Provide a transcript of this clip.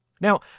now